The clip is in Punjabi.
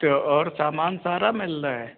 ਤੇ ਹੋਰ ਸਾਮਾਨ ਸਾਰਾ ਮਿਲਦਾ